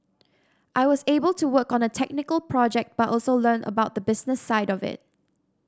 I was able to work on a technical project but also learn about the business side of it